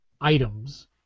items